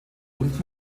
und